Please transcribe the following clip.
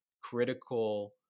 critical